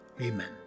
amen